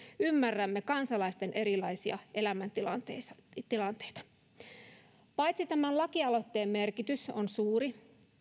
ymmärrämme kansalaisten erilaisia elämäntilanteita paitsi että tämän lakialoitteen merkitys on suuri